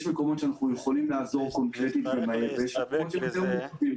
יש מקומות שאנחנו יכולים לעזור קונקרטית ויש מקומות יותר מורכבים.